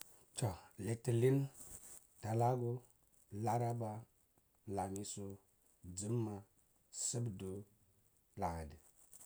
Toh, litilin, talagu, laraba, lamisu, jumma sibdu la’adu.